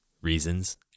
reasons